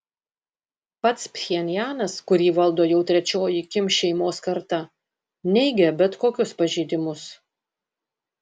pats pchenjanas kurį valdo jau trečioji kim šeimos karta neigia bet kokius pažeidimus